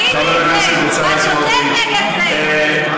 צריך הוא להסיק את המסקנה המתאימה.